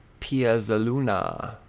Piazzaluna